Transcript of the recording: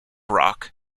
rock